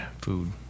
Food